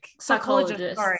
Psychologist